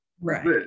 right